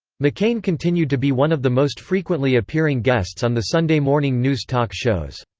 mccain continued to be one of the most frequently appearing guests on the sunday morning news talk shows.